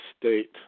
State